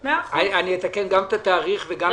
אני אתקן גם את התאריך וגם את שם השר.